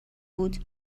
بود